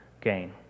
gain